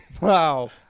Wow